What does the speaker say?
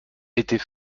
était